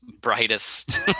brightest